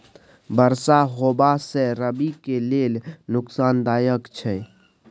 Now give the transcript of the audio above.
बरसा होबा से रबी के लेल नुकसानदायक छैय?